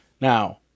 Now